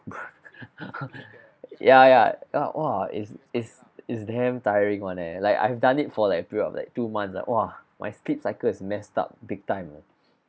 ya ya uh !wah! it's it's it's damn tiring one leh like I've done it for like a period of like two months ah !wah! my sleep cycle is messed up big time you know